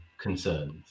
concerns